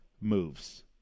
moves